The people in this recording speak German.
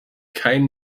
keinen